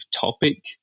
topic